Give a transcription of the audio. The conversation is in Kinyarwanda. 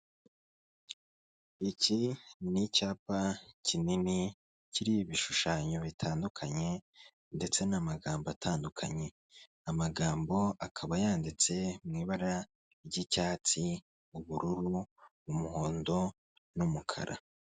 Iki ni icyapa kinini kiriho ibishushanyo bitandukanye ndetse n'amagambo atandukanye, amagambo akaba yanditse mu ibara ry'icyatsi, ubururu, umuhondo, n'umukara.